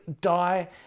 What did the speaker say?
die